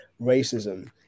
racism